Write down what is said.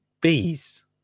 bees